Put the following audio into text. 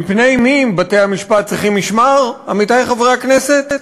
מפני מי בתי-המשפט צריכים משמר, עמיתי חברי הכנסת?